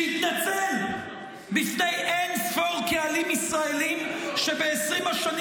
שיתנצל בפני אין ספור קהלים ישראלים שב-20 השנים